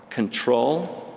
control,